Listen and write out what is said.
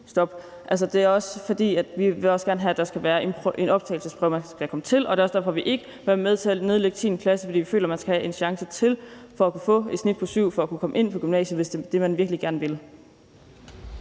Det er også, fordi vi gerne vil have, at der skal være en optagelsesprøve, man skal til, og det er også derfor, vi ikke vil være med til at nedlægge 10. klasse. For vi føler, at man skal have en chance til for at få et snit på 7 for at kunne komme ind på gymnasiet, hvis det er det, man virkelig gerne vil.